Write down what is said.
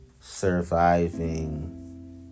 surviving